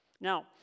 Now